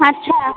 আচ্ছা